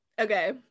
Okay